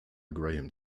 graham